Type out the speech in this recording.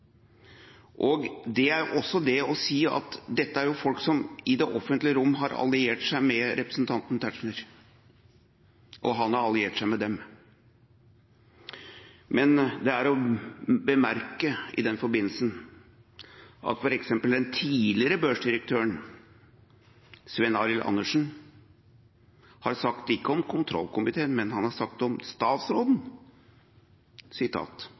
Og det har jo vist seg at det var helt nødvendig. Det er også det å si at dette er folk som i det offentlige rom har alliert seg med representanten Tetzschner, og han har alliert seg med dem. Men det er å bemerke i den forbindelse at f.eks. den tidligere børsdirektøren, Sven Arild Andersen, har sagt – ikke om kontrollkomiteen, men om statsråden